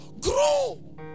grow